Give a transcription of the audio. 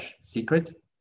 secret